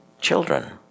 children